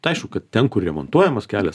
tai aišku kad ten kur remontuojamas kelias